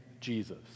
Jesus